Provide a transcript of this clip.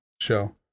show